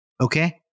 Okay